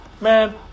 Man